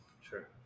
Sure